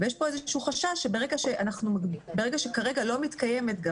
יש פה איזשהו חשש שברגע שכרגע לא מתקיימת גם